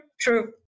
true